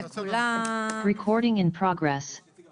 שאמונה על בריאות הציבור ולתת להם